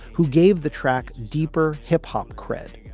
who gave the track deeper hip-hop cred.